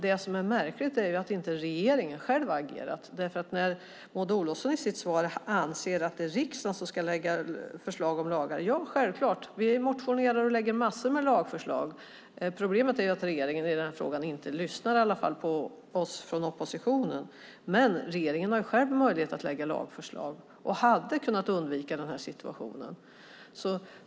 Det som är märkligt är att inte regeringen själv har agerat. Maud Olofsson anser i sitt svar att det är riksdagen som ska lägga fram förslag om lagar. Självklart. Vi motionerar och lägger fram en massa lagförslag. Problemet är att regeringen i den här frågan inte lyssnar på oss från oppositionen. Men regeringen har själv möjlighet att lägga fram lagförslag och hade kunnat undvika den här situationen.